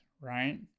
right